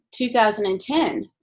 2010